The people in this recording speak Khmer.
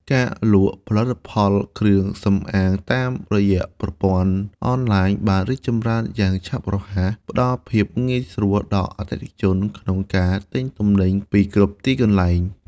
ការលក់ផលិតផលគ្រឿងសម្អាងតាមរយៈប្រព័ន្ធអនឡាញបានរីកចម្រើនយ៉ាងឆាប់រហ័ស ផ្ដល់ភាពងាយស្រួលដល់អតិថិជនក្នុងការទិញទំនិញពីគ្រប់ទីកន្លែង។